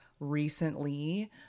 recently